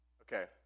Okay